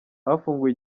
hafunguwe